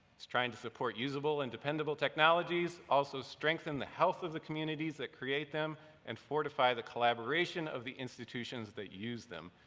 trying to support usable and dependable technologies, also strengthen the health of the communities that create them and fortify the collaboration of the institutions that use them.